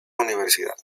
universidad